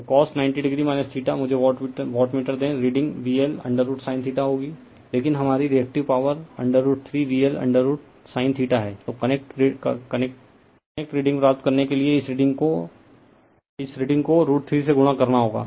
तो cos90o मुझे wattmeter दें रीडिंग VL√sin होगी लेकिन हमारी रिएक्टिव पॉवर √3 VL√sin है तो कनेक्ट रीडिंग प्राप्त करने के लिए इस रीडिंग को √3 से गुणा करना होगा